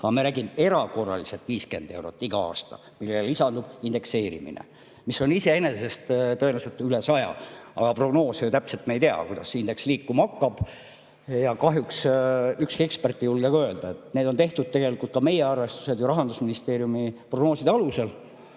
Me räägime, et erakorraliselt 50 eurot iga aasta, millele lisandub indekseerimine, mis on iseenesest tõenäoliselt üle 100. Aga prognoose ju täpselt me ei tea, kuidas indeks liikuma hakkab, ja kahjuks ükski ekspert ei julge ka öelda. Need on tehtud meie arvestuste ja Rahandusministeeriumi prognooside alusel,